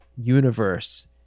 universe